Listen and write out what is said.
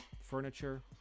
furniture